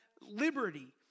liberty